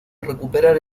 recuperar